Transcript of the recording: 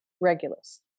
regulus